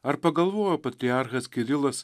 ar pagalvojo patriarchas kirilas